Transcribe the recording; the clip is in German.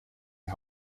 die